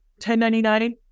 1099